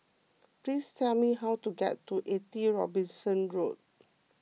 please tell me how to get to eighty Robinson Road